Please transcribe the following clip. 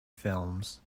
films